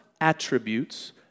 attributes